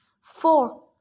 Four